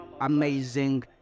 amazing